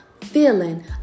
feeling